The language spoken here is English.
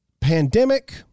pandemic